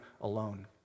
alone